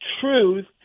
truth